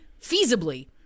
feasibly